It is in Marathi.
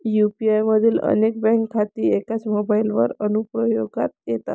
यू.पी.आय मधील अनेक बँक खाती एकाच मोबाइल अनुप्रयोगात येतात